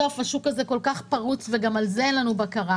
השוק הזה כל כך פרוץ, וגם על זה אין לנו בקרה.